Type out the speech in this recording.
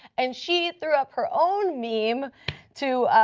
and she threw up her own meme to,